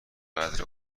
قدر